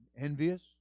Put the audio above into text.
envious